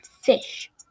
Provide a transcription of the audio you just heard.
Fish